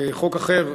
חוק אחר,